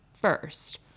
first